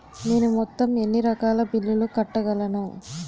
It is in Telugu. నేను మొత్తం ఎన్ని రకాల బిల్లులు కట్టగలను?